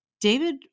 David